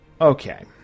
Okay